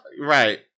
Right